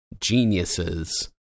geniuses